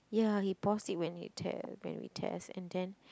ya he paused it when he tear when we test and then